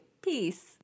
Peace